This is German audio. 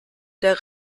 der